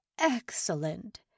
Excellent